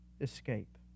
escape